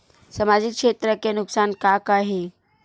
सामाजिक क्षेत्र के नुकसान का का हे?